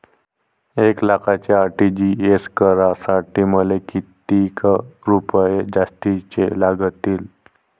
एक लाखाचे आर.टी.जी.एस करासाठी मले कितीक रुपये जास्तीचे लागतीनं?